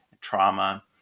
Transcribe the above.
trauma